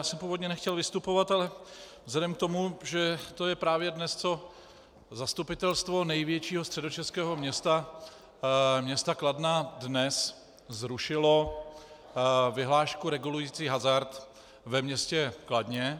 Já jsem původně nechtěl vystupovat, ale vzhledem k tomu, že to je právě dnes, co zastupitelstvo největšího středočeského města, města Kladna, zrušilo vyhlášku regulující hazard ve městě Kladně.